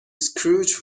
scrooge